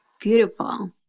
Beautiful